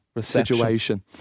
situation